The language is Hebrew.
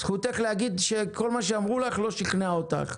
זכותך להגיד שכל מה שאמרו לך לא שכנע אותך,